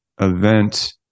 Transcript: event